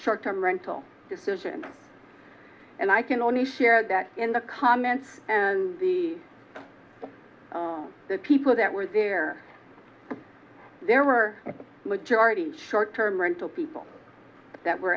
short term rental decision and i can only share that in the comments and the people that were there there were a majority short term rental people that were